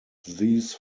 these